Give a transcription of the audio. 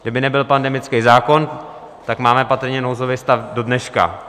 Kdyby nebyl pandemický zákon, tak máme patrně nouzový stav dodneška.